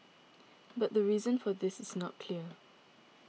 but the reason for this is not clear